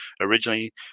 Originally